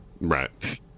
Right